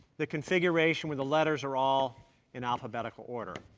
the configuration where the letters are all in alphabetical order.